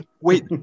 wait